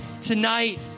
tonight